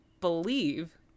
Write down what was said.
believe